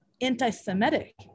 anti-Semitic